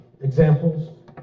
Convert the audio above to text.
examples